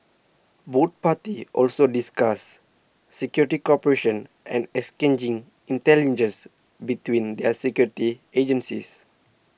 both parties also discussed security cooperation and exchanging intelligence between their security agencies